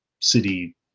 city